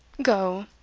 go,